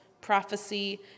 prophecy